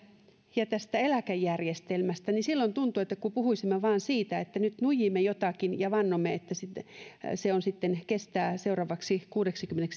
ja tästä eläkejärjestelmästä niin silloin tuntuu kuin puhuisimme vain siitä että nyt nuijimme jotakin ja vannomme että se sitten kestää seuraavat kuusikymmentä